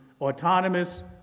autonomous